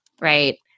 right